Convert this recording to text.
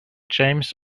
james